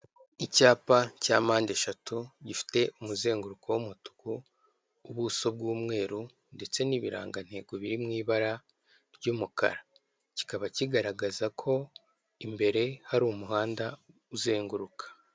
Icyapa cya mpande eshatu gifite umuzenguruko w'umutuku ubuso bw'umweru ndetse n'ibirangantego biri mu ibara ry'umukara, kikaba kigaragaza ko imbere hari umuhanda uzenguruka.